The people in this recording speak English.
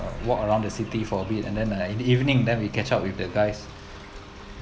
walk around the city for a bit and then like in the evening them we catch up with the guys